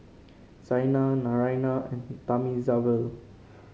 Saina Naraina and Thamizhavel